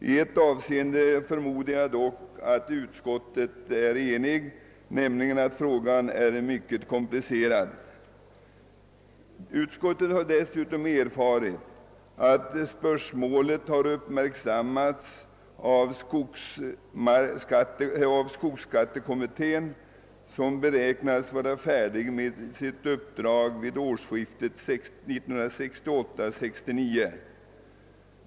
I ett avseende förmodar jag dock att utskottet är enhälligt, nämligen i uppfattningen att saken är mycket komplicerad. Utskottet har vidare erfarit att spörsmålet har uppmärksammats av skogsskattekommittén, vilken beräknas vara färdig med sitt uppdrag vid årsskiftet 1968—1969.